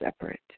separate